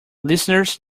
listeners